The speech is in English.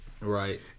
Right